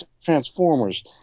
Transformers